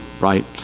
right